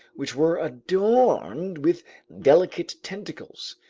which were adorned with delicate tentacles,